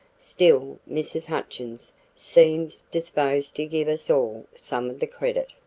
still mrs. hutchins seems disposed to give us all some of the credit.